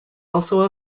also